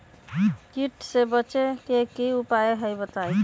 कीट से बचे के की उपाय हैं बताई?